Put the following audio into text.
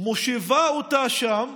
מושיבה אותם שם,